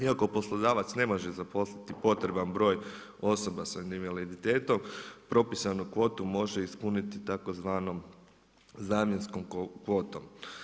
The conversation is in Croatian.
Iako poslodavac ne može zaposliti potreban broj osoba s invaliditetom, propisanu kvotu može ispuniti tzv. zamjenskom kvotom.